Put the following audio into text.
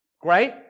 Great